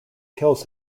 kills